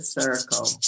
circle